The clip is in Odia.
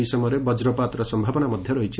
ଏହି ସମୟରେ ବକ୍ରପାତର ସମ୍ଭାବନା ରହିଛି